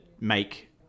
make